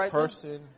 person